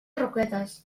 roquetes